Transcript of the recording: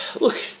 Look